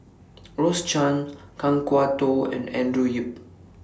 Rose Chan Kan Kwok Toh and Andrew Yip